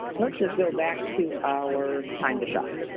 let's just go back to our time to shock.